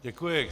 Děkuji.